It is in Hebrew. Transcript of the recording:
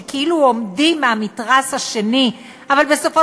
שכאילו עומדים בצד המתרס השני אבל בסופו